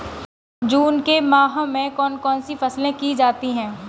जून के माह में कौन कौन सी फसलें की जाती हैं?